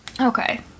Okay